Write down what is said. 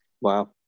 Wow